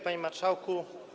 Panie Marszałku!